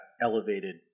elevated